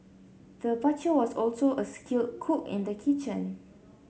the butcher was also a skilled cook in the kitchen